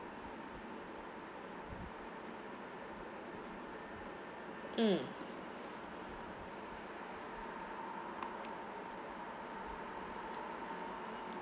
mm